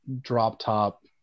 drop-top